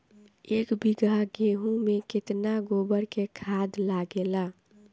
एक बीगहा गेहूं में केतना गोबर के खाद लागेला?